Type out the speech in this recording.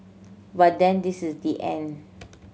but then this is the end